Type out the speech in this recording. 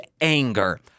anger